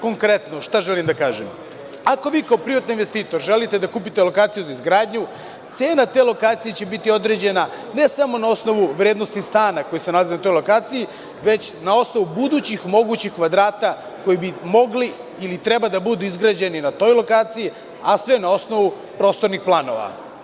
Konkretno, šta želim da kažem, ako vi kao privatni investitor želite da kupite lokaciju za izgradnju, cena te lokacije će biti određena, ne samo na osnovu vrednosti stana koji se nalazi na toj lokaciji, već na osnovu budućih, mogućih kvadrata koji bi mogli ili treba da budu izgrađeni na toj lokaciji, a sve na osnovu prostornih planova.